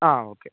ആ ഓക്കേ